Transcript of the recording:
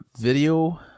video